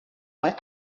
mae